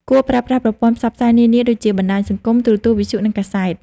គួរប្រើប្រាស់ប្រព័ន្ធផ្សព្វផ្សាយនានាដូចជា បណ្ដាញសង្គម ទូរទស្សន៍ វិទ្យុ និងកាសែត។